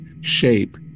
shape